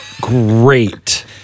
great